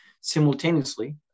Simultaneously